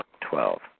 Twelve